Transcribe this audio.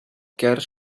ger